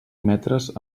metres